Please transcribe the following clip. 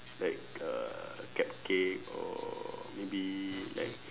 like uh cupcake or maybe like